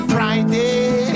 Friday